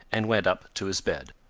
and went up to his bed.